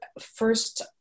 first